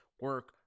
Work